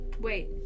wait